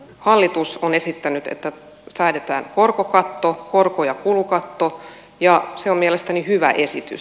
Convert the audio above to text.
hallitus on esittänyt että säädetään korko ja kulukatto ja se on mielestäni hyvä esitys